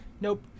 Nope